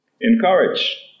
Encourage